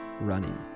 running